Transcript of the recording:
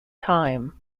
time